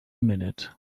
minute